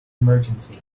emergency